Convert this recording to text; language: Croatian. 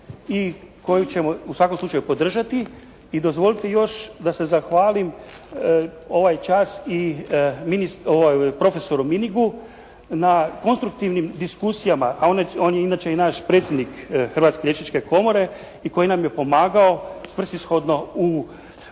koju ćemo u svakom slučaju podržati. I dozvolite još da se zahvalim ovaj čas i profesoru Minigu na konstruktivnim diskusijama, a on je inače i naš predsjednik Hrvatske liječničke komore i koji nam je pomagao svrsishodno u sastavljanju